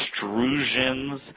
extrusions